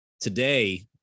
Today